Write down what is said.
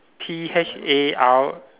P H a R